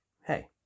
hey